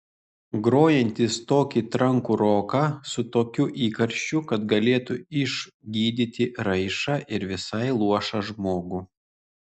grojantys tokį trankų roką su tokiu įkarščiu kad galėtų išgydyti raišą ar visai luošą žmogų